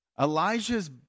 Elijah's